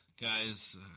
guys